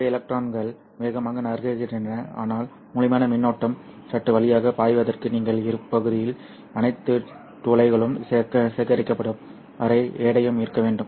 எனவே எலக்ட்ரான்கள் வேகமாக நகர்கின்றன ஆனால் முழுமையான மின்னோட்டம் சுற்று வழியாக பாய்வதற்கு நீங்கள் இப்பகுதியில் அனைத்து துளைகளும் சேகரிக்கப்படும் வரை எடையும் இருக்க வேண்டும்